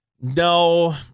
No